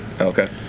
Okay